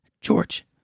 George